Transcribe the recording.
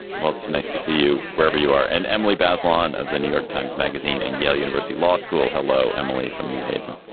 well, it's nice to see you wherever you are. and emily bazelon of the new york times magazine and yale university law school. hello, emily from new haven.